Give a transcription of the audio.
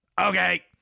Okay